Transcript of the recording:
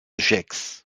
gex